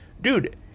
dude